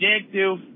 objective